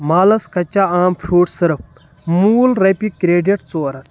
مالاز کچچا آم fruit syrup موٗل رۄپیہِ کَریڑٹ ژور ہتھ